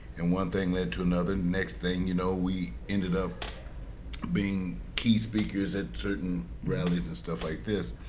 and one thing led to another. next thing you know, we ended up being key speakers at certain rallies and stuff like this.